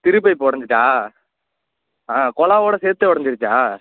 திருப்பைப்பு உடஞ்சிட்டா ஆ குழாவோட சேர்த்தே உடஞ்சிருச்சா